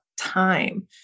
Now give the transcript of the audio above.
time